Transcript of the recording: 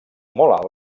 molt